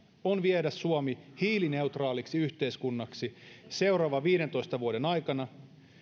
on viedä suomi hiilineutraaliksi yhteiskunnaksi seuraavan viidentoista vuoden aikana